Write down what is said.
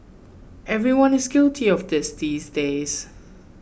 everyone is guilty of this these days